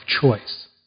choice